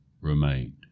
remained